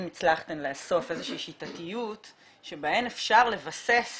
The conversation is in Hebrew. אם הצלחתן לאסוף איזושהי שיטתיות, שבהם אפשר לבסס